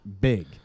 big